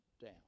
down